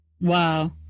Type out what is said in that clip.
wow